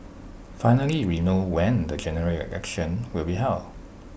finally we know when the General Election will be held